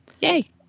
yay